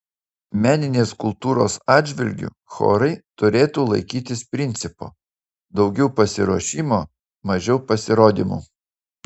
meninės kultūros atžvilgiu chorai turėtų laikytis principo daugiau pasiruošimo mažiau pasirodymų